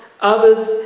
others